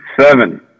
seven